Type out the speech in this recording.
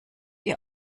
ihr